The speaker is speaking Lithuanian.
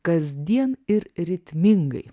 kasdien ir ritmingai